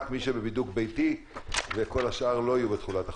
יחול רק על מי שבבידוד ביתי וכל השאר לא יהיו בתחולת החוק.